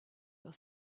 your